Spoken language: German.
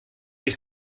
ich